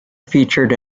featured